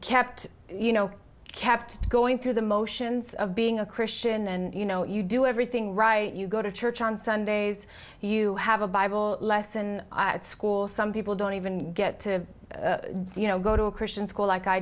kept you know kept going through the motions of being a christian and you know you do everything right you go to church on sundays you have a bible lesson at school some people don't even get to go to a christian school like i